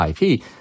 IP